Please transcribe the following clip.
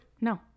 No